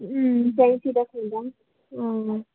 उम् त्यहीँतिर किनौँ